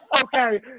Okay